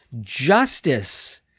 justice